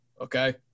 Okay